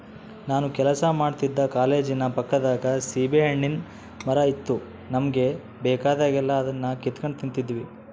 ನಾನು ಕೆಲಸ ಮಾಡ್ತಿದ್ದ ಕಾಲೇಜಿನ ಪಕ್ಕದಾಗ ಸೀಬೆಹಣ್ಣಿನ್ ಮರ ಇತ್ತು ನಮುಗೆ ಬೇಕಾದಾಗೆಲ್ಲ ಅದುನ್ನ ಕಿತಿಗೆಂಡ್ ತಿಂತಿದ್ವಿ